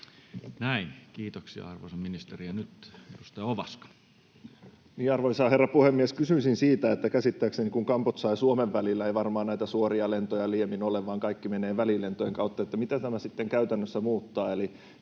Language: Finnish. Näin. Kiitoksia, arvoisa ministeri. — Ja nyt edustaja Ovaska. Arvoisa herra puhemies! Kysyisin siitä, että käsittääkseni, kun Kambodžan ja Suomen välillä ei varmaan näitä suoria lentoja liiemmin ole, vaan kaikki menee välilentojen kautta, niin mitä tämä sitten käytännössä muuttaa.